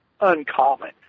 uncommon